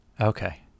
Okay